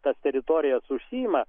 tas teritorijas užsiima